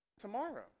tomorrow